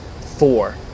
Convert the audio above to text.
four